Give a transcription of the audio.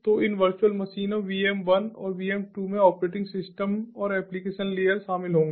तो इन वर्चुअल मशीनों VM 1 और VM 2 में ऑपरेटिंग सिस्टम और एप्लिकेशन लेयर शामिल होंगे